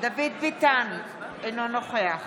דוד ביטן, אינו נוכח